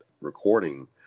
recording